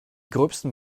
gröbsten